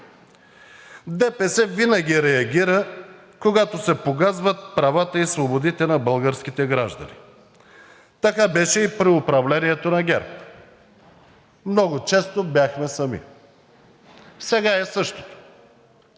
ДПС винаги реагира, когато се погазват правата и свободите на българските граждани. Така беше и при управлението на ГЕРБ – много често бяхме сами, сега е същото.